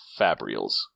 Fabrials